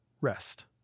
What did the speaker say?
rest